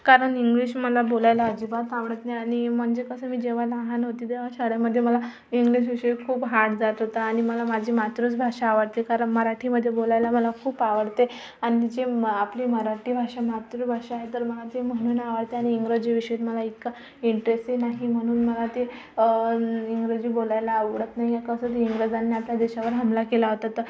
कारण इंग्लिश मला बोलायला अजिबात आवडत नाही आणि म्हणजे कसं मी जेव्हा लहान होती तेव्हा शाळेमध्ये मला इंग्लिश विषय खूप हार्ड जात होतं आणि मला माझी मातृच भाषा आवडते कारण मराठीमध्ये बोलायला मला खूप आवडते आणि जे म आपली मराठी भाषा मातृभाषा आहे तर मला ती म्हणून आवडते आणि इंग्रजी विषय मला इतका इंटरेस्टही नाही म्हणून मला ते इंग्रजी बोलायला आवडत नाही आहे कसं की इंग्रजांनी आपल्या देशावर हमला केला होता तर